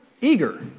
Eager